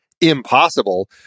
Impossible